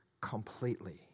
completely